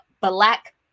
black